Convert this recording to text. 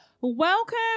Welcome